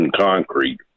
concrete